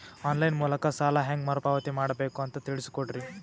On line ಮೂಲಕ ಸಾಲ ಹೇಂಗ ಮರುಪಾವತಿ ಮಾಡಬೇಕು ಅಂತ ತಿಳಿಸ ಕೊಡರಿ?